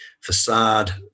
facade